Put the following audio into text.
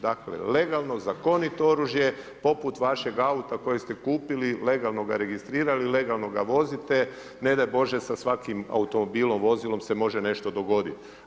Dakle, legalno zakonito oružje, poput vašeg auta, koji ste kupili, legalno ga registrirali, legalno ga vozite, ne daj Bože sa svakim automobilom, vozilom se može nešto dogoditi.